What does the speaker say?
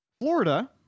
Florida